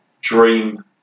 dream